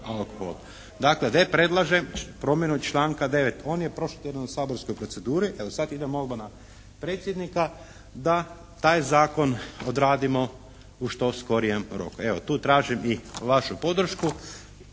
dakle gdje promjenu članka 9. On je prošli tjedan u saborskoj proceduri, evo sad ide molba na predsjednika da taj zakon odradimo u što skorijem roku. Evo, tu tražim i vašu podršku